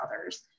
others